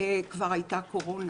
כבר הייתה קורונה.